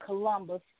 Columbus